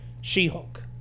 She-Hulk